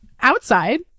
outside